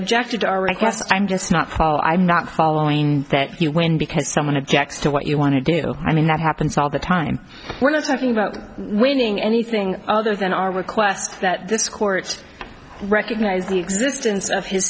objected to our request i'm just not fall i'm not following that you win because someone objects to what you want to do i mean that happens all the time we're not talking about winning anything other than our request that this court recognize the existence of his